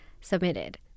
submitted